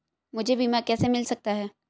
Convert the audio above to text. मुझे बीमा कैसे मिल सकता है?